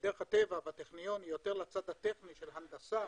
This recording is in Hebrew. בדרך הטבע בטכניון יותר לצד הטכני של הנדסה